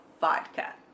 vodka